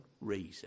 reason